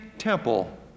Temple